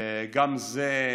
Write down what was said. וגם זה,